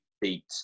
beat